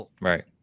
Right